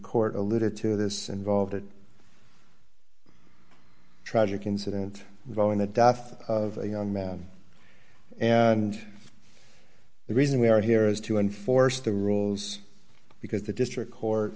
court alluded to this involved a tragic incident involving the death of a young man and the reason we are here is to enforce the rules because the district court